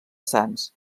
sants